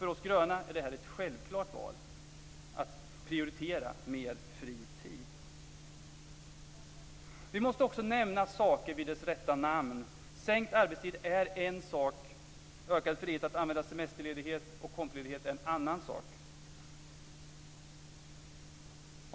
För oss gröna är det ett självklart val att prioritera mer fri tid. Sänkt arbetstid är en sak, ökad frihet att använda semesterledighet och kompledighet en annan sak.